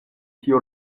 tiu